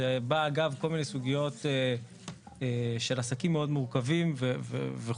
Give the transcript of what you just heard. זה בא אגב כל מיני סוגיות של עסקים מאוד מורכבים וכו'.